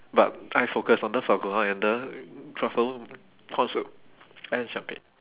but I focus on the foie gras and the truffle corn soup and champagne